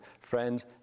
friends